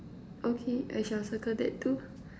okay I shall circle that too